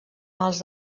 mals